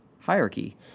Hierarchy